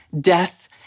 death